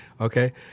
Okay